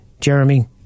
Jeremy